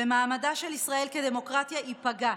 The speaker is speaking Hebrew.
ומעמדה של ישראל כדמוקרטיה ייפגע.